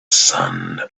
sand